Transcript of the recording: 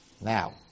Now